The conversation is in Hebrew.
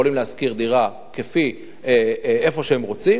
יכולים לשכור דירה איפה שהם רוצים.